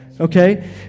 okay